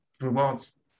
rewards